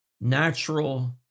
natural